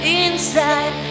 inside